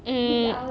um